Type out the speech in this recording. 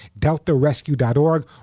DeltaRescue.org